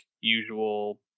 usual